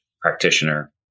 practitioner